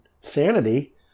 sanity